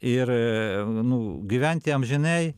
ir nu gyventi amžinai